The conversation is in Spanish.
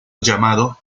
llamado